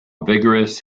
vigorous